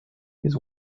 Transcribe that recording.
his